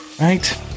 right